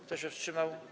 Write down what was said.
Kto się wstrzymał?